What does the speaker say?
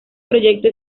proyecto